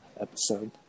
episode